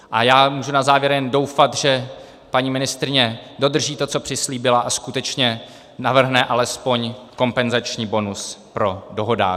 A já můžu na závěr jen doufat, že paní ministryně dodrží to, co přislíbila, a skutečně navrhne alespoň kompenzační bonus pro dohodáře.